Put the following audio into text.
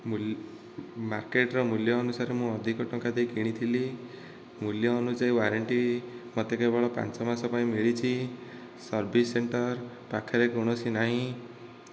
ମୂଲ୍ୟ ମାର୍କେଟ୍ର ମୂଲ୍ୟ ଅନୁସାରେ ମୁଁ ଅଧିକ ଟଙ୍କା ଦେଇ କିଣିଥିଲି ମୂଲ୍ୟ ଅନୁଯାୟୀ ୱାରଣ୍ଟୀ ମୋତେ କେବଳ ପାଞ୍ଚ ମାସ ପାଇଁ ମିଳିଛି ସର୍ଭିସ୍ ସେଣ୍ଟର୍ ପାଖରେ କୌଣସି ନାହିଁ